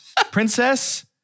Princess